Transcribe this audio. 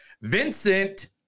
Vincent